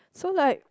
so like